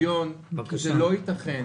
ייתכן